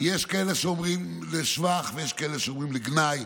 יש כאלה שאומרים לשבח ויש כאלה שאומרים לגנאי.